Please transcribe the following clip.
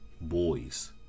boys